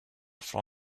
for